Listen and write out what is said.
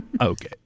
Okay